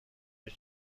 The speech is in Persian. فکر